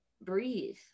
breathe